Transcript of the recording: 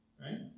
right